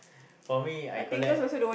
for me I collect